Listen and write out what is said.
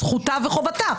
זכותה וחובתה.